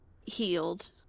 healed